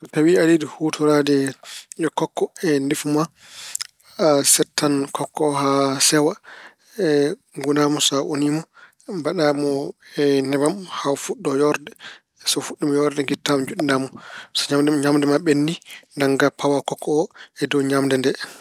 So tawi aɗa yiɗi huutoraade kokko e ndefu ma, a settan kokko o haa sewa, ngunaa mo. So a unii mo, mbaɗaa mo e nebbam haa o fuɗɗo yoorde. So fuɗɗiima yoorde, ngitta mo njoɗɗinaama. So ñam- ñaamde ma ɓenndi, nannga pawa kokko o e dow ñaamde nde.